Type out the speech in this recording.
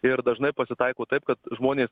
ir dažnai pasitaiko taip kad žmonės